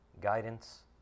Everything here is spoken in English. guidance